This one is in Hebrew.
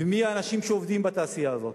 ומי האנשים שעובדים בתעשייה הזו?